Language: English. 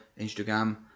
Instagram